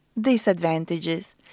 disadvantages